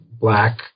black